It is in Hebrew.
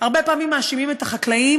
מאשימים את החקלאים.